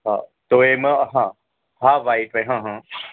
હા તો એમાં હા હા વ્હાઇટ વ્હાઇટ હા હા